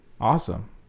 Awesome